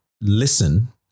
listen